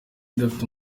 idafite